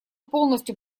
полностью